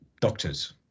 doctors